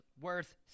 worth